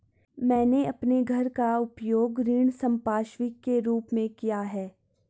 मैंने अपने घर का उपयोग ऋण संपार्श्विक के रूप में किया है